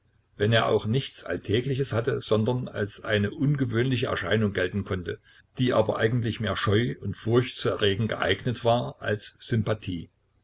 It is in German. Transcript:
wenn er auch nichts alltägliches hatte sondern als eine ungewöhnliche erscheinung gelten konnte die aber eigentlich mehr scheu und furcht zu erregen geeignet war als sympathie